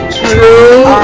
true